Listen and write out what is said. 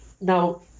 Now